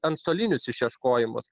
antstolinius išieškojimus